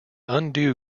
undo